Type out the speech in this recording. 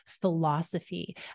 philosophy